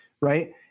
Right